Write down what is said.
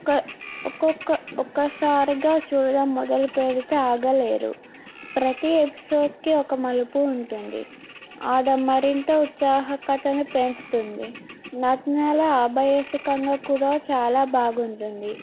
ఒక ఒక్కొక్క ఒక్కసారిగా చూడడం మొదలుపేడితే ఆగలేరు ప్రతి ఎపిసోడ్కి ఒక మలుపు ఉంటుంది అది మరింత ఉత్సుహకతను పెంచుతుంది నాటకాల అభయసికంగా కూడా చాలా బాగుంటుంది